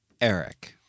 Eric